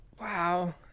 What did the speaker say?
Wow